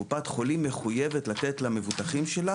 קופת חולים מחויבת לתת למבוטחים שלה